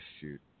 shoot